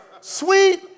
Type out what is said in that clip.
sweet